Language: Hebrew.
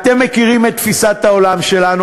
אתם מכירים את תפיסת העולם שלנו,